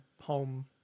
home